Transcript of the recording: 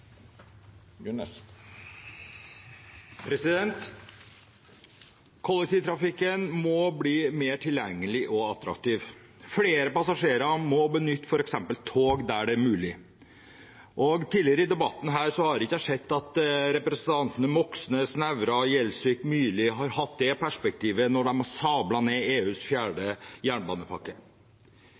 handelsavtalar. Kollektivtrafikken må bli mer tilgjengelig og attraktiv. Flere passasjerer må benytte f.eks. tog der det er mulig. Tidligere i debatten har jeg ikke sett at representantene Moxnes, Nævra, Gjelsvik eller Myrli har hatt det perspektivet når de har sablet ned EUs fjerde jernbanepakke.